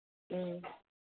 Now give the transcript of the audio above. ꯎꯝ